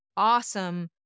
awesome